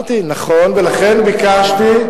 אמרתי, נכון, ולכן ביקשתי,